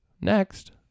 Next